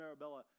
Marabella